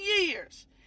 years